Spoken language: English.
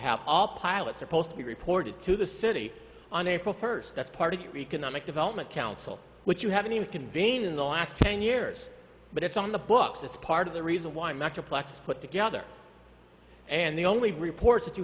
have all pilot supposed to be reported to the city on april first that's part of your economic development council which you haven't even convene in the last ten years but it's on the books it's part of the reason why metroplex put together and the only reports that you